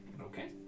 Okay